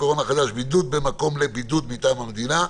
הקורונה החדש) (בידוד במקום לבידוד מטעם המדינה),